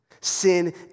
Sin